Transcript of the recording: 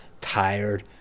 tired